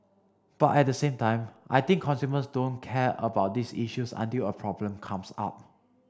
but at the same time I think consumers don't care about these issues until a problem comes up